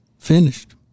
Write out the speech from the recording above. Finished